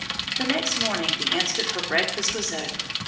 the next morning, the instant her breakfast was over,